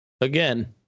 again